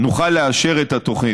נוכל לאשר את התוכנית.